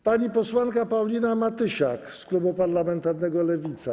Pani posłanka Paulina Matysiak z klubu parlamentarnego Lewica.